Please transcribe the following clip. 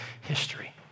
history